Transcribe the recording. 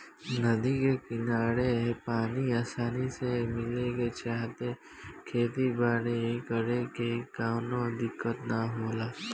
नदी के किनारे पानी आसानी से मिले के चलते खेती बारी करे में कवनो दिक्कत ना होला